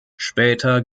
später